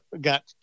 got